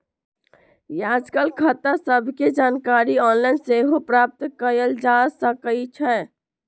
याजकाल खता सभके जानकारी ऑनलाइन सेहो प्राप्त कयल जा सकइ छै